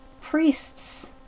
priests